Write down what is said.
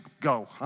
go